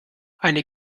eine